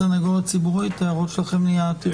הסנגוריה הציבורית, הערות שלכם לעניין התרגום.